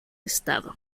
estado